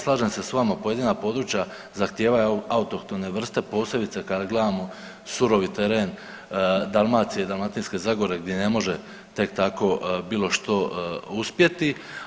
Slažem se sa vama, pojedina područja zahtijevaju autohtone vrste posebice kada gledamo surovi teren Dalmacije, Dalmatinske zagore gdje ne može tek tako bilo što uspjeti.